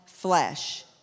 flesh